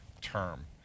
term